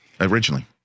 originally